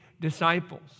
disciples